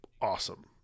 awesome